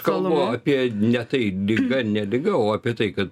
kalbu apie ne tai liga ne liga o apie tai kad